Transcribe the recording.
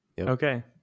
Okay